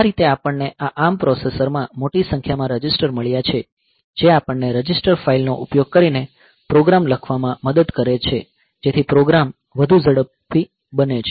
આ રીતે આપણને આ ARM પ્રોસેસરમાં મોટી સંખ્યામાં રજિસ્ટર મળ્યા છે જે આપણને રજિસ્ટર ફાઇલ નો ઉપયોગ કરીને પ્રોગ્રામ્સ લખવામાં મદદ કરે છે જેથી પ્રોગ્રામ વધુ ઝડપી બને છે